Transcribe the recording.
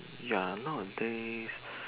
ya nowadays